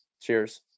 cheers